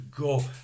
go